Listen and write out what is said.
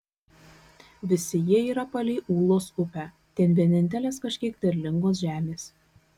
visi jie yra palei ūlos upę ten vienintelės kažkiek derlingos žemės